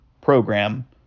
program